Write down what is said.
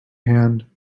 hand